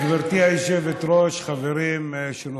גברתי היושבת-ראש, חברים שנוכחים,